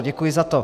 Děkuji za to.